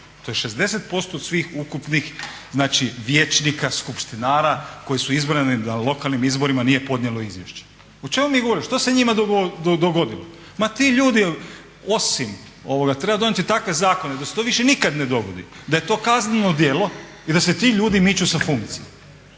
to je 60% od svih ukupnih znači vijećnika, skupštinara koji su izabrani na lokalnim izborima nije podnijelo izvješće. O čemu mi govorimo, što se njima dogodilo? Ma ti ljudi osim, treba donijeti takve zakone da se to više nikada ne dogodi, da je to kazneno djelo i da se ti ljudi miču sa funkcije.